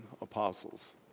apostles